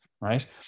Right